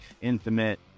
intimate